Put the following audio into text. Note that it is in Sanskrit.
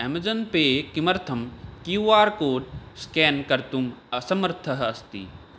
एमेजोन् पे किमर्थं क्यू आर् कोड् स्केन् कर्तुम् असमर्थः अस्ति